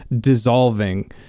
dissolving